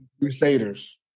Crusaders